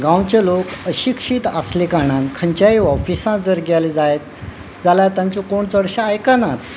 गांवचे लोक अशिक्षीत आसले कारणान खंयच्याय ऑफिसांत जर गेले जायत जाल्यार तांचे कोण चडशें आयकनात